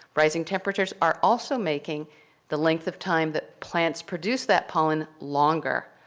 rising temperatures are also making the length of time that plants produce that pollen longer.